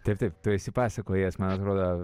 taip taip tu esi pasakojęs man atrodo